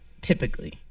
Typically